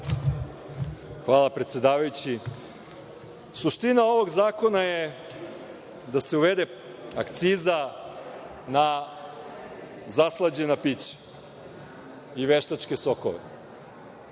Hvala predsedavajući. Suština ovog zakona je da se uvede akciza na zaslađena pića i veštačke sokove.